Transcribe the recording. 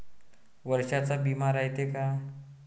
वर्षाचा बिमा रायते का?